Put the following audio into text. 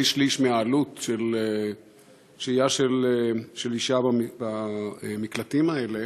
שלישים מהעלות של שהייה של אישה במקלטים האלה.